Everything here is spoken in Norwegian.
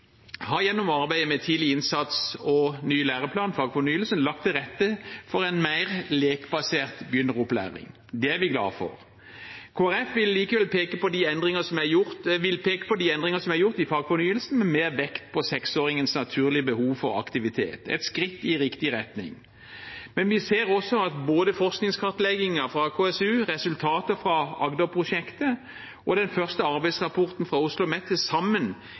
har gjennom arbeidet med tidlig innsats og ny læreplan, fagfornyelsen, lagt til rette for en mer lekbasert begynneropplæring. Det er vi glade for. Kristelig Folkeparti vil likevel peke på de endringene som er gjort i fagfornyelsen, med mer vekt på seksåringens naturlige behov for aktivitet – et skritt i riktig retning. Men vi ser også at forskningskartleggingen fra KSU, resultater fra Agderprosjektet og den første arbeidsrapporten fra Oslomet til sammen